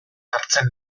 hartzen